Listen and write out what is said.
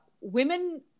Women